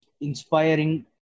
inspiring